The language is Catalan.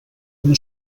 una